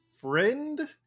friend